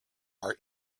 are